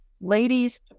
Ladies